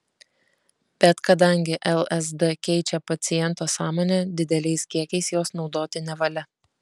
bet kadangi lsd keičia paciento sąmonę dideliais kiekiais jos naudoti nevalia